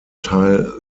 teil